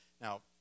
Now